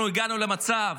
אנחנו הגענו למצב